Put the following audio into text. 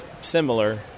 similar